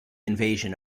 invasion